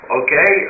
okay